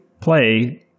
play